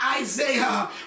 Isaiah